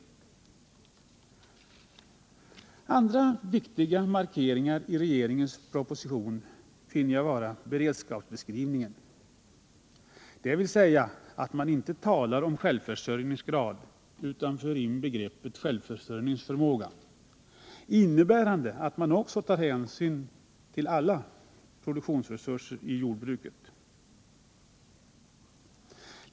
En annan viktig markering i regeringens proposition finner jag vara beredskapsbeskrivningen, dvs. att man inte talar om självförsöjningsgrad utan för in begreppet självförsörjningsförmåga, innebärande att man tar hänsyn till alla produktionsresurser i jordbruket.